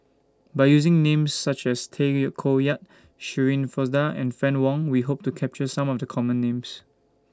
By using Names such as Tay Koh Yat Shirin Fozdar and Fann Wong We Hope to capture Some of The Common Names